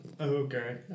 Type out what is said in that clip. Okay